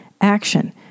action